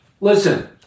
Listen